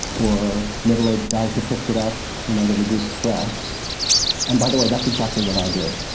or middle aged guy who picks it up you know to reduce stress and by the way, that's exactly what i did.